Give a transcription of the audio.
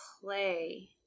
play